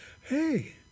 Hey